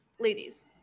ladies